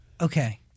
Okay